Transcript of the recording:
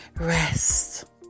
Rest